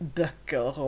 böcker